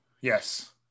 Yes